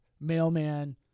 mailman